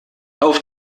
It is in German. auf